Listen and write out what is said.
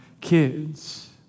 kids